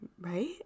Right